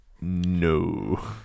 No